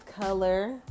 color